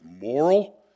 moral